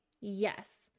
yes